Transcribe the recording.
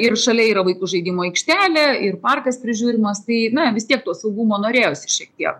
ir šalia yra vaikų žaidimų aikštelė ir parkas prižiūrimas ateina vis tiek to saugumo norėjosi šiek tiek